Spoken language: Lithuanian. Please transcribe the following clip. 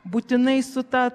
būtinai su ta